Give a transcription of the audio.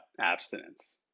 abstinence